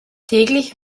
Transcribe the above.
täglich